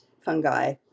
fungi